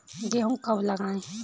गेहूँ कब लगाएँ?